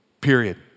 period